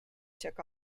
took